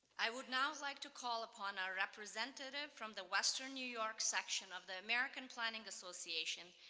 i would now like to call upon our representative from the western new york section of the american planning association,